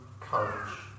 courage